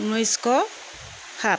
ঊনৈছশ সাত